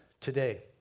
today